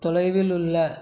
தொலைவில் உள்ள